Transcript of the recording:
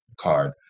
card